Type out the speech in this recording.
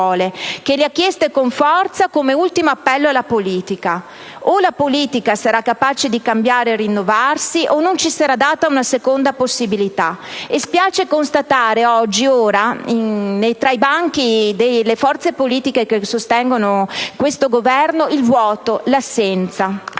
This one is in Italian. che le ha chieste con forza come ultimo appello alla politica. O la politica sarà capace di cambiare e rinnovarsi o non ci sarà data una seconda possibilità. Spiace, peraltro, constatare che tra i banchi delle forze politiche che sostengono il Governo vi è il vuoto, vi sono